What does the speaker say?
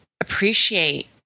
appreciate